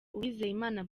uwizeyimana